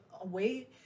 away